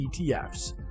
ETFs